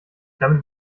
damit